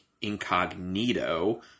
Incognito